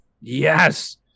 Yes